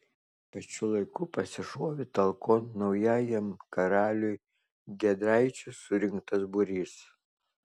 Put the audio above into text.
pačiu laiku pasišovė talkon naujajam karaliui giedraičio surinktas būrys